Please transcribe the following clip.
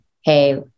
hey